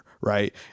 Right